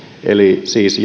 eli siis